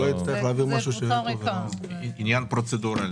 עניין פרוצדורלי.